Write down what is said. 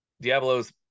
Diablos